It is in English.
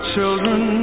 children